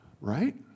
right